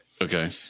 Okay